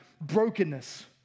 brokenness